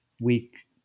week